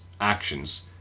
actions